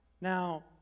Now